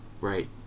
Right